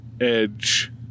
Edge